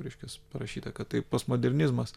reiškias parašyta kad tai postmodernizmas